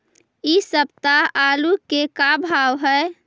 इ सप्ताह आलू के का भाव है?